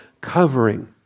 covering